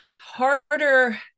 harder